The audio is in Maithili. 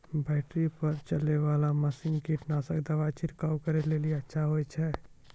बैटरी पर चलै वाला मसीन कीटनासक दवा छिड़काव करै लेली अच्छा होय छै?